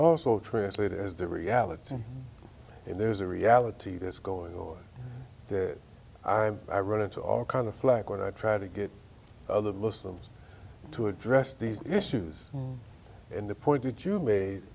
also translated as the reality and there's a reality that's going on i run into all kinds of flak when i try to get other muslims to address these issues and the point that you ma